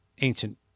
ancient